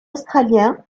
australiens